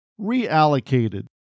reallocated